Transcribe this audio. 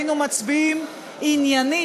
היינו מצביעים עניינית,